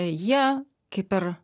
jie kaip ir